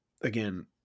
again